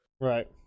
Right